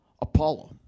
Apollo